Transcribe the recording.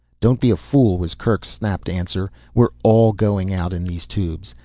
don't be a fool, was kerk's snapped answer. we're all going out in these tubes.